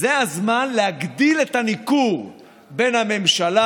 זה הזמן להגביר את הניכור בין הממשלה,